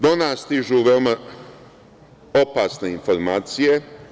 Do nas stižu veoma opasne informacije.